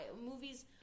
Movies